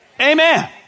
Amen